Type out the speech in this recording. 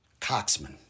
Coxman